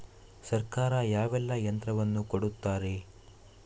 ಸರ್ಕಾರ ಯಾವೆಲ್ಲಾ ಯಂತ್ರವನ್ನು ಕೊಡುತ್ತಾರೆ?